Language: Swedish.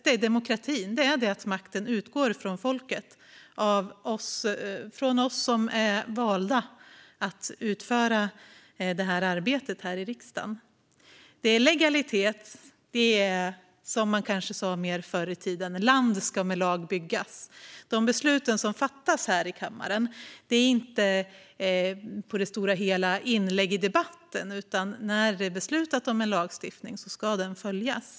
Det är demokrati. Makten utgår från folket, från oss som är valda att utföra detta arbete i riksdagen. Det är legalitet. Land ska med lag byggas, som man sa kanske mer förr i tiden. De beslut som fattas här i kammaren är inte på det stora hela inlägg i debatten, utan när lag stiftats ska den följas.